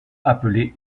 appelée